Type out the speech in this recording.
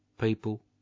people